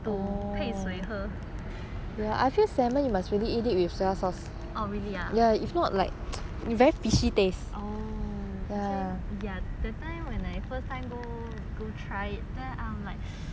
oh really ah orh actually ya that time when I first time go go try it then I'm like !aiyo! a bit the the the